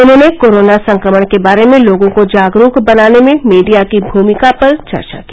उन्होंने कोरोना संक्रमण के बारे में लोगों को जागरूक बनाने में मीडिया की भुमिका पर चर्चा की